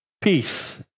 Peace